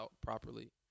properly